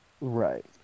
right